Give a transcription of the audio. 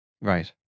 right